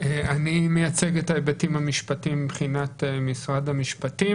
אני מייצג את ההיבטים המשפטיים מבחינת משרד המשפטים,